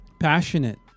passionate